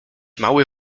mały